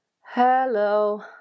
hello